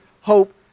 hope